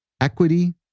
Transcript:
equity